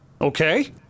Okay